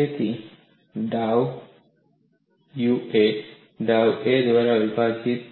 તેથી ડાઉ Ua ડાઉ a દ્વારા વિભાજીત